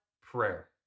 prayer